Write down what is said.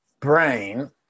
brain